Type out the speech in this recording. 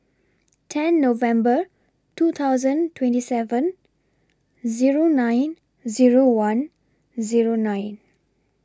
ten November two thousand twenty seven Zero nine Zero one Zero nine